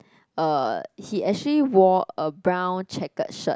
uh he actually wore a brown checkered shirt